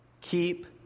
Keep